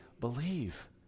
Believe